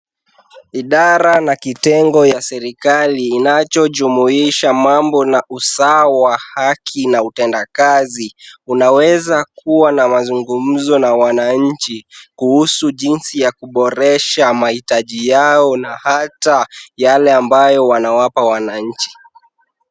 Idara na kitengo ya serikali inachojumuisha mambo na usawa, haki na utendakazi unaweza kuwa na mazungumzo na wananchi kuhusu jinsi ya kuboresha mahitaji yao na hata yale ambayo wanawapa wananchi.